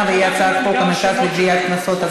והיא הצעת חוק המרכז לגביית קנסות,